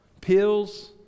pills